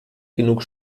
genug